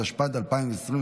התשפ"ד 2023,